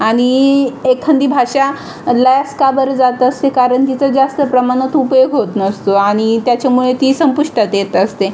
आणि एखादी भाषा लयास का बरं जात असते कारण तिचा जास्त प्रमाणात उपयोग होत नसतो आणि त्याच्यामुळे ती संपुष्टात येत असते